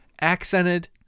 accented